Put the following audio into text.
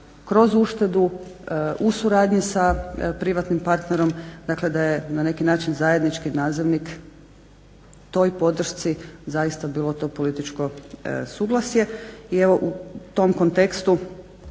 kroz uštedu u suradnji sa privatnim partnerom, dakle da je na neki način zajednički nazivnik toj podršci zaista bilo to političko suglasje. I evo u tom kontekstu